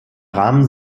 rahmen